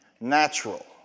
natural